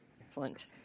Excellent